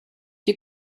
die